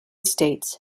states